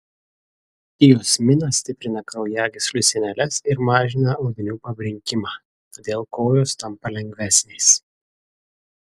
diosminas stiprina kraujagyslių sieneles ir mažina audinių pabrinkimą todėl kojos tampa lengvesnės